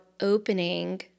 opening